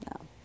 No